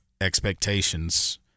expectations